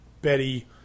betty